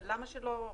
אבל למה שלא?